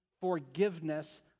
forgiveness